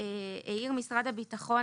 העיר משרד הביטחון,